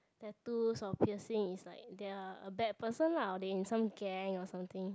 tattoos or piercings is like they are a bad person lah or they in some gang or something